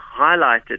highlighted